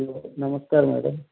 hello नमस्कार madam